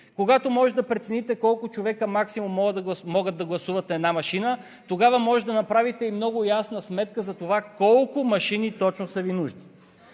когато можете да прецените колко човека максимум могат да гласуват на една машина, тогава може да направите и много ясна сметка за това колко машини точно са Ви нужни.